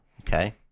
Okay